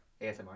ASMR